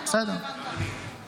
אז תמיד מקשיבה לך, אם עוד לא הבנת.